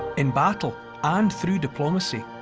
in battle and through diplomacy,